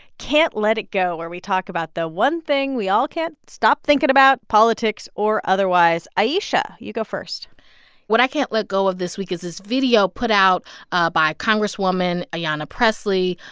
can't let it go, where we talk about the one thing we all can't stop thinking about, politics or otherwise. ayesha, you go first what i can't let go of this week is this video put out ah by congresswoman yeah ayanna pressley.